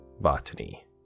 Botany